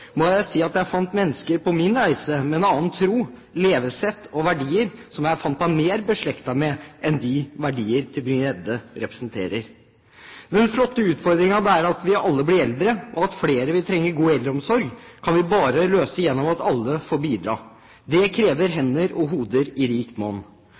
må jeg si at jeg på min reise fant mennesker med en annen tro, et annet levesett og andre verdier som jeg følte meg mer beslektet med enn med de verdier Tybring-Gjedde representerer. Den flotte utfordringen det er at vi alle blir eldre, og at flere vil trenge god eldreomsorg, kan vi bare møte gjennom at alle får bidra. Det krever hender og hoder i rikt monn.